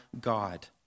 God